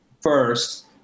first